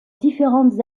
différentes